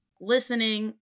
listening